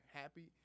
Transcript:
happy